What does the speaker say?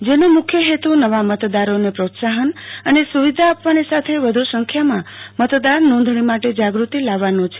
જેનો મુખ્ય હેતુ નવા મતદારોને પ્રોત્સાહન અને સુવિધા આપવાની સાથે વધુ સંખ્યામા મતદારનોંધણી માટે જાગૃતિ લાવવાનો છે